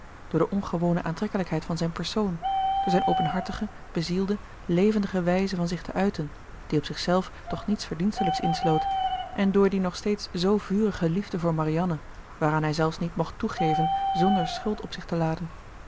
door de ongewone aantrekkelijkheid van zijn persoon door zijn openhartige bezielde levendige wijze van zich te uiten die op zichzelf toch niets verdienstelijks insloot en door die nog steeds zoo vurige liefde voor marianne waaraan hij zelfs niet mocht toegeven zonder schuld op zich te laden